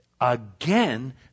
again